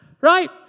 right